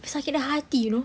sakit hati you know